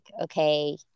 okay